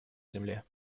земле